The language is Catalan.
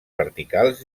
verticals